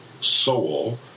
soul